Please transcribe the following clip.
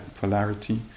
polarity